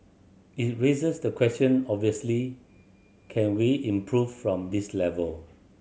it raises the question obviously can we improve from this level